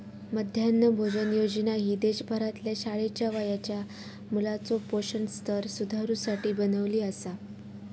मध्यान्ह भोजन योजना ही देशभरातल्या शाळेच्या वयाच्या मुलाचो पोषण स्तर सुधारुसाठी बनवली आसा